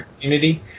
community